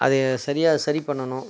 அது சரியாக சரி பண்ணணும்